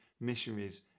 missionaries